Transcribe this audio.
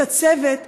את הצוות,